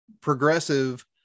progressive